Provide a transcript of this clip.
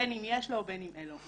בין אם יש לו או בין אם אין לו.